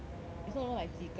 it's not even like 几根 you know